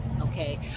Okay